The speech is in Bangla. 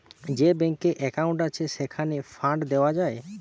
যে ব্যাংকে একউন্ট আছে, সেইখানে ফান্ড দেওয়া যায়